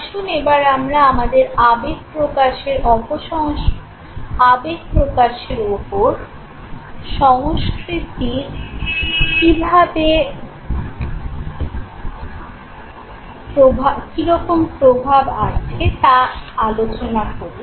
আসুন এবার আমরা আমাদের আবেগ প্রকাশের ওপর সংস্কৃতির কীরকম প্রভাব আছে তা আলোচনা করি